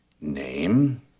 Name